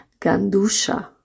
gandusha